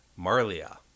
Marlia